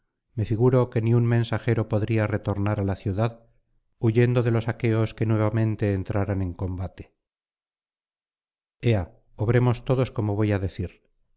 me figuro que ni un mensajero podría retornar á la ciudad huyendo de los aqueos que nuevamente entraran en combate ea obremos todos como voy á decir